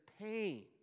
pain